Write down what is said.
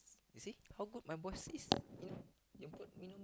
you see how good my boss is